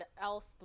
else